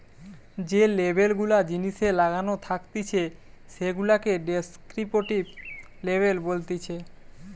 যে লেবেল গুলা জিনিসে লাগানো থাকতিছে সেগুলাকে ডেস্ক্রিপটিভ লেবেল বলতিছে